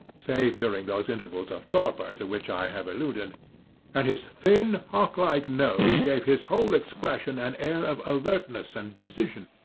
save during those intervals of torpor to which i have alluded and his thin, hawk-like nose gave his whole expression an air of alertness and decision.